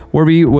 Warby